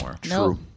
True